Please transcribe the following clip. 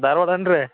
ಧಾರ್ವಾಡ ಏನು ರೀ